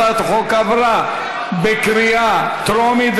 הצעת החוק עברה בקריאה טרומית,